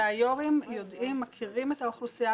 -- והיו"רים מכירים את האוכלוסייה